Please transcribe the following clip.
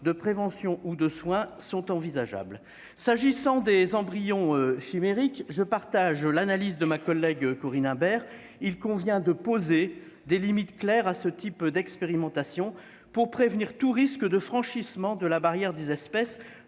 de prévention ou de soins sont envisageables. S'agissant des embryons chimériques, je partage l'analyse de ma collègue Corinne Imbert. Il convient de poser des limites claires à ce type d'expérimentation pour prévenir tout risque de franchissement de la barrière des espèces,